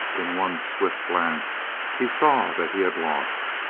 in one swift glance he saw that he had lost,